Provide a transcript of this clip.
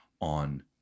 on